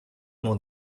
more